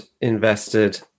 invested